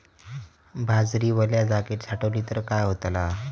बाजरी वल्या जागेत साठवली तर काय होताला?